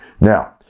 Now